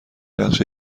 نقشه